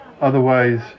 otherwise